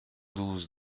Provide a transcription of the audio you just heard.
douze